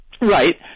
Right